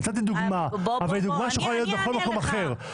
נתתי דוגמה אבל זאת דוגמה שיכולה להיות בכל מקום אחר.